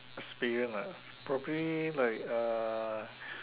experience ah probably like a